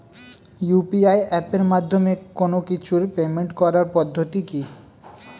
UPI এপের মাধ্যমে কোন কিছুর পেমেন্ট করার পদ্ধতি কি?